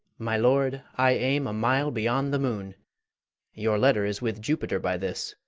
my lord, i aim a mile beyond the moon your letter is with jupiter by this.